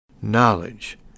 Knowledge